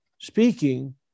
speaking